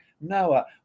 Noah